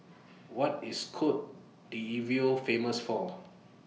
What IS Cote D'Ivoire Famous For